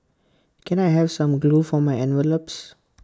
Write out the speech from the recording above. can I have some glue for my envelopes